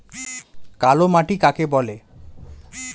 কালো মাটি কাকে বলে?